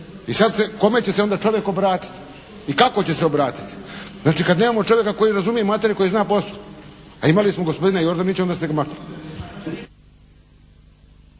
I kome će se onda čovjek obratiti i kako će se obratiti. Znači kada nemamo čovjeka koji razumije materiju, koji zna posao, a imali smo gospodina Jordanića onda ste ga maknuli.